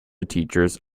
teachers